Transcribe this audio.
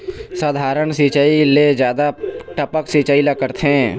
साधारण सिचायी ले जादा टपक सिचायी ला करथे